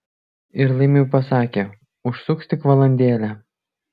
ir laimiui pasakė užsuks tik valandėlę